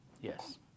Yes